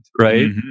right